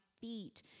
feet